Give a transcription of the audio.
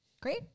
Great